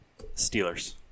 Steelers